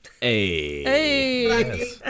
Hey